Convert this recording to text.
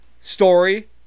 story